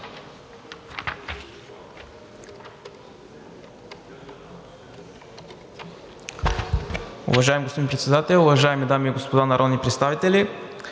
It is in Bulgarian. Уважаеми господин Председател, уважаеми дами и господа народни представители!